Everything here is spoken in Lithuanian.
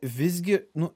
visgi nu